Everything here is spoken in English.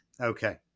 Okay